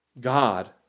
God